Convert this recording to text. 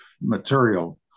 material